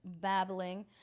babbling